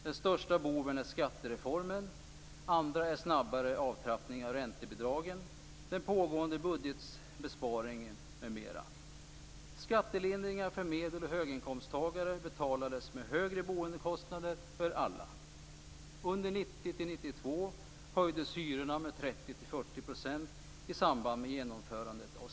Den största boven är skattereformen, och andra är snabbare avtrappning av räntebidragen, den pågående budgetbesparingen m.m. Herr talman!